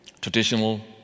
traditional